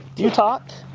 do you talk?